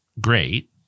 great